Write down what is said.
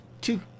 Two